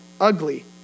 ugly